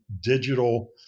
digital